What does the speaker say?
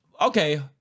Okay